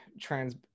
trans